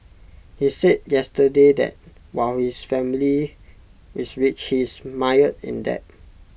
he said yesterday that while his family is rich he is mired in debt